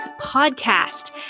podcast